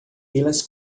pelas